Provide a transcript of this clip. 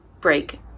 break